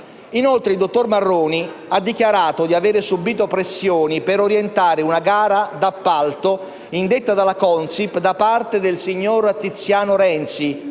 Inoltre, il dottor Luigi Marroni ha dichiarato di avere subìto pressioni per orientare una gara d'appalto indetta dalla Consip da parte del signor Tiziano Renzi